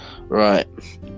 right